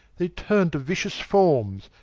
they turne to vicious formes,